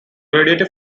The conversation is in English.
radiator